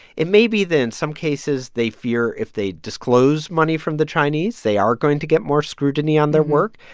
it may be that in some cases they fear if they disclose money from the chinese, they are going to get more scrutiny on their work.